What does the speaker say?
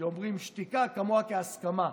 שאומר: שתיקה כמוה כהסכמה.